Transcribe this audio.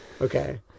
Okay